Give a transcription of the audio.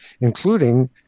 including